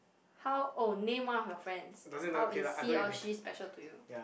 how oh name one of your friends how is he or she special to you